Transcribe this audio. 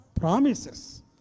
Promises